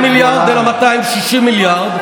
לא 200 מיליארד אלא 260 מיליארד,